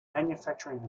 manufacturing